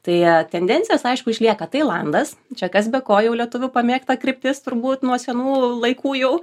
tai tendencijos aišku išlieka tailandas čia kas be ko jau lietuvių pamėgta kryptis turbūt nuo senų laikų jau